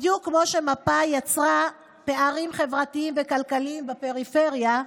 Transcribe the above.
בדיוק כמו שמפא"י יצרה פערים חברתיים וכלכליים בפריפריה,